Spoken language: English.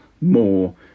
more